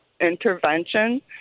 intervention